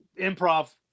Improv